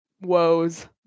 woes